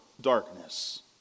darkness